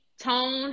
Tone